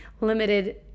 limited